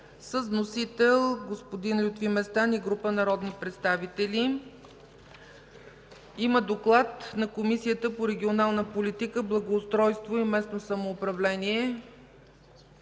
Вносители – господин Лютви Местан и група народни представители. Има доклад на Комисията по регионална политика, благоустройство и местно самоуправление.